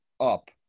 up